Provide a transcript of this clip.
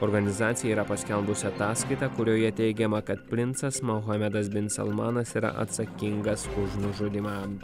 organizacija yra paskelbusi ataskaitą kurioje teigiama kad princas mohamedas bin salmanas yra atsakingas už nužudymą